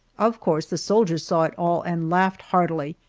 of course the soldiers saw it all and laughed heartily,